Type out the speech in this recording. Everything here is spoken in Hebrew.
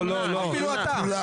רגע, מי נמנע?